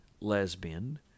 lesbian